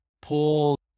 pull